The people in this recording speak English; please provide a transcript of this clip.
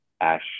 Ash